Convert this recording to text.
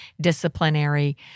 disciplinary